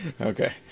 Okay